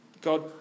God